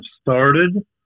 started